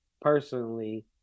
personally